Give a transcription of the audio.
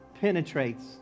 penetrates